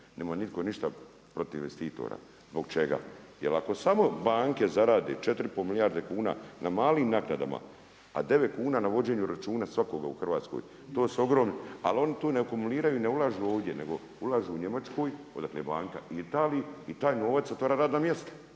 Nema nitko ništa protiv investitora. Zbog čega? Jer ako samo banke zarade 4,5 milijarde kuna na malim naknadama a 9 kuna na vođenju računa svakoga u Hrvatskoj to su ogromni, ali oni tu ne akumuliraju i ne ulažu ovdje, nego ulažu u Njemačkoj, odakle je banka i Italiji i taj novac otvara radna mjesta.